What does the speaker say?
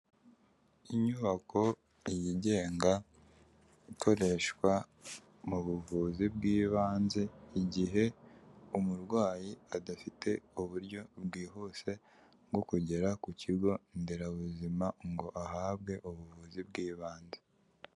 Inyubako yigenga ikoreshwa mu buvuzi bw'ibanze igihe umurwayi adafite uburyo bwihuse bwo kugera ku kigo nderabuzima ngo ahabwe ubuvuzi bw'ibanze.